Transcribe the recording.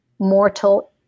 mortal